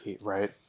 right